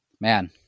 Man